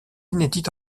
inédite